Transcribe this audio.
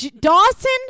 Dawson